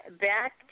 Back